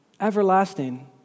everlasting